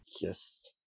yes